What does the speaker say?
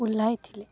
ଓଲାଇଥିଲେ